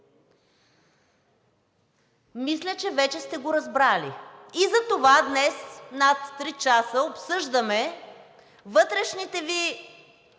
мисля, че вече сте го разбрали. И затова днес над три часа обсъждаме вътрешните Ви